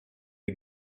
the